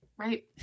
Right